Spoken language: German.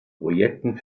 projekten